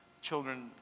children